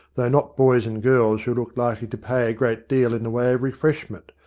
though not boys and girls who looked likely to pay a great deal in the way of refreshment,